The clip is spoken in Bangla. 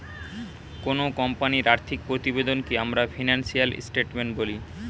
কোনো কোম্পানির আর্থিক প্রতিবেদনকে আমরা ফিনান্সিয়াল স্টেটমেন্ট বলি